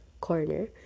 corner